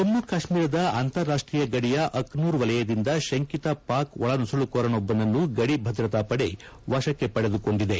ಜಮ್ಮು ಮತ್ತು ಕಾಶ್ಮೀರದ ಅಂತಾರಾಷ್ಟೀಯ ಗಡಿಯ ಅಬ್ನೂರ್ ವಲಯದಿಂದ ಶಂಕಿತ ಪಾಕ್ ಒಳನುಸುಳುಕೋರನೊಬ್ಬನನ್ನು ಗದಿ ಭದ್ರತಾ ಪಡೆ ವಶಕ್ಕೆ ಪಡೆದುಕೊಂಡಿದೆ